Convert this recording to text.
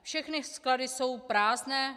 Všechny sklady jsou prázdné.